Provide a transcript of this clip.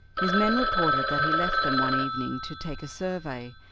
his men reported that he left them one evening to take a survey,